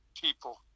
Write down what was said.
people